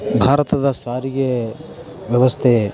ಭಾರತದ ಸಾರಿಗೆ ವ್ಯವಸ್ಥೆ